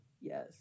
Yes